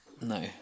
No